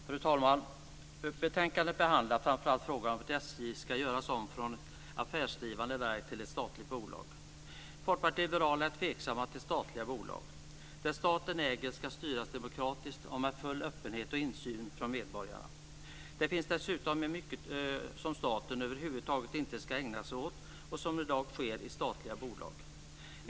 Fru talman! I betänkandet behandlas framför allt frågan om att SJ ska göras om från affärsdrivande verk till statligt bolag. Vi i Folkpartiet liberalerna är tveksamma till statliga bolag. Det staten äger ska styras demokratiskt och med full öppenhet och insyn för medborgarna. Dessutom finns det mycket som staten över huvud taget inte ska ägna sig åt men som i dag sker i statliga bolag.